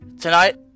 Tonight